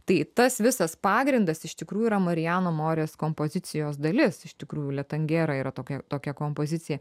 tai tas visas pagrindas iš tikrųjų yra marijano morės kompozicijos dalis iš tikrųjų le tangero yra tokia tokia kompozicija